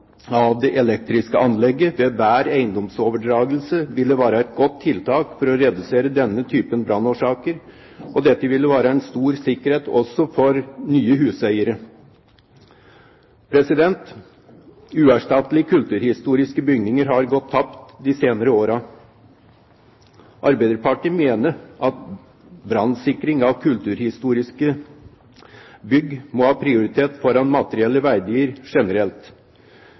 det elektriske anlegget ved hver eiendomsoverdragelse vil være et godt tiltak for å redusere denne typen brannårsak. Dette vil være en stor sikkerhet også for nye huseiere. Uerstattelige kulturhistoriske bygninger har gått tapt de senere årene. Arbeiderpartiet mener at brannsikring av kulturhistoriske bygg må ha prioritet foran materielle verdier generelt.